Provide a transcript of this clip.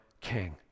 king